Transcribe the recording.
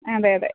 അതെ അതെ